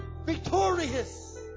victorious